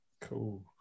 Cool